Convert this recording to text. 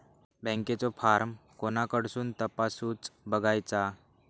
बँकेचो फार्म कोणाकडसून तपासूच बगायचा?